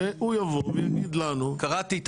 שהוא יבוא ויגיד לנו --- קראתי את